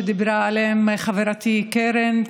שדיברה עליהם חברתי קרן,